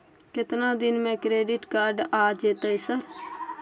केतना दिन में क्रेडिट कार्ड आ जेतै सर?